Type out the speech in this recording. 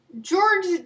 George